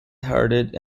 hearted